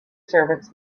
servants